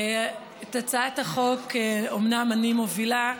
את הצעת החוק אומנם אני מובילה,